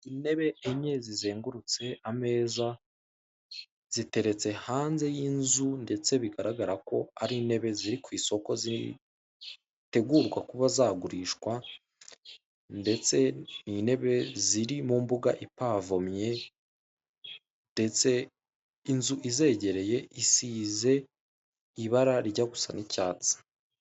Intebe enye zizengurutse ameza, ziteretse hanze y'inzu ndetse bigaragara ko ari intebe ziri kw'isoko zitegurwa kuba zagurishwa. Ndetse n'intebe ziri mu mbuga ipavomye, ndetse inzu izegereye isize ibara rijya gusa n'icyatsi